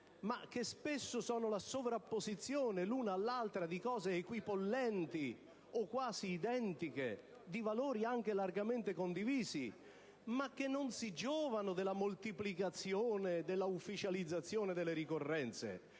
ma che spesso sono la sovrapposizione l'una all'altra di cose equipollenti o quasi identiche, di valori anche largamente condivisi ma che non si giovano della moltiplicazione e dell'ufficializzazione delle ricorrenze.